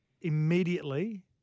immediately